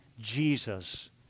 Jesus